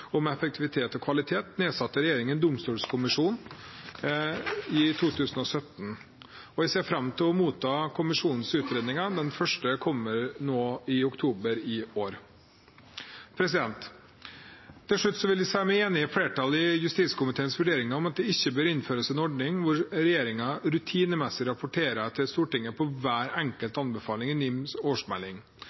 om effektivitet og kvalitet, nedsatte regjeringen Domstolkommisjonen i 2017. Jeg ser fram til å motta kommisjonens utredninger, den første kommer nå i oktober i år. Til slutt vil jeg si meg enig med flertallet i justiskomiteens vurdering om at det ikke bør innføres en ordning hvor regjeringen rutinemessig rapporterer til Stortinget på hver enkelt anbefaling i NIMs årsmelding.